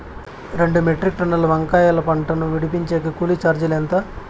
రెండు మెట్రిక్ టన్నుల వంకాయల పంట ను విడిపించేకి కూలీ చార్జీలు ఎంత?